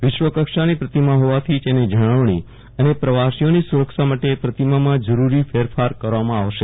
વિશ્વ કક્ષાની પ્રતિમા હોવાથી તેની જાળવણી અને પ્રવાસીઓની સુરક્ષા માટે પ્રતિમામાં જરૂરી ફેરફાર કરવામાં આવશે